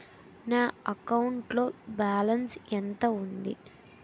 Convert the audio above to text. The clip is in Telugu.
నా అకౌంట్ లో బాలన్స్ ఎంత ఉంది?